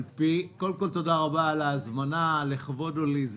קודם כל תודה רבה על ההזמנה, לכבוד הוא לי.